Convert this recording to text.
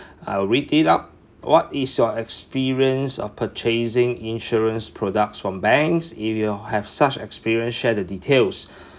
I will read it out what is your experience of purchasing insurance products from banks if you have such experience share the details